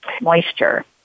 moisture